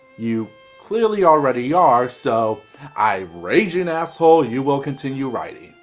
you clearly already are, so i raging asshole you will continue writing.